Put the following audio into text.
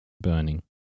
burning